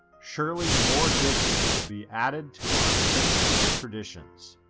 surely more dishes will be added to our christmas traditions.